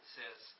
says